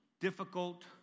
difficult